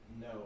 No